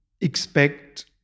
expect